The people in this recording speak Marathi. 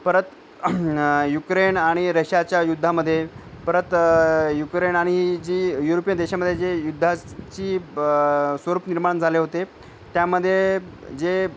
परत युक्रेन आणि रशियाच्या युद्धामध्ये परत युक्रेन आणि जी युरोपियन देशामध्ये जे युद्धाची ब स्वरूप निर्माण झाले होते त्यामध्ये जे